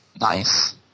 Nice